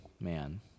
man